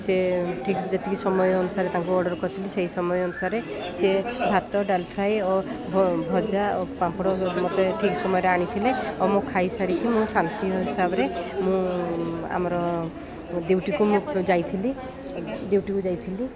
ସେ ଠିକ୍ ଯେତିକି ସମୟ ଅନୁସାରେ ତାଙ୍କୁ ଅର୍ଡ଼ର୍ କରିଥିଲି ସେହି ସମୟ ଅନୁସାରେ ସେ ଭାତ ଡାଲ୍ ଫ୍ରାଏ ଓ ଭଜା ଓ ପାମ୍ପଡ଼ ମୋତେ ଠିକ୍ ସମୟରେ ଆଣିଥିଲେ ଓ ମୁଁ ଖାଇସାରିକି ମୁଁ ଶାନ୍ତି ହିସାବରେ ମୁଁ ଆମର ଡ୍ୟୁଟିକୁ ମୁଁ ଯାଇଥିଲି ଡ୍ୟୁଟିକୁ ଯାଇଥିଲି